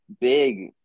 big